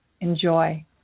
Enjoy